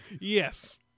Yes